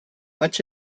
much